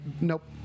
Nope